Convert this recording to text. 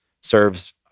serves